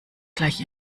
gleich